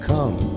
Come